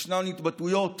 יש התבטאויות